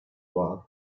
wife